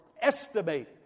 estimate